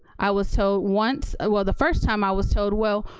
i was told once, ah well, the first time i was told, well,